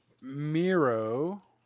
miro